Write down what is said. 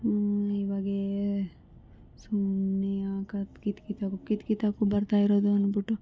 ಹ್ಞೂ ಇವಾಗೇ ಸುಮ್ನೆ ಯಾಕೆ ಕಿತ್ತು ಕಿತ್ತಾ ಕಿತ್ತು ಕಿತಾಕ್ಬಿಟ್ಟು ಬರ್ತಾಯಿರೋದು ಅಂದ್ಬಿಟ್ಟು